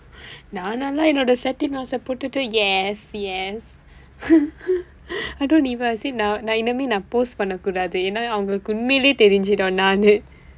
நான் எல்லாம் என்னோட:naan ellaam enooda setting mask-ae போட்டுட்டு:potdutdu yes yes I don't neither I say நான் நான் இனிமே நான்:naan naan inimee naan post பண்ண கூடாது ஏன் என்றால் அவங்களக்கு உண்மையிலே தெரிந்திரும் நானு:panna kuudaathu een enraal avangkalukku unmaiyilee therindthirum naanu